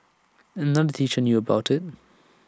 another teacher knew about IT